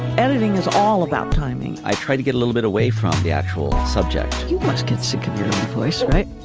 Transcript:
editing is all about timing. i try to get a little bit away from the actual subject. you must get second place right.